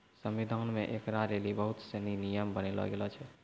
संविधान मे ऐकरा लेली बहुत सनी नियम बनैलो गेलो छै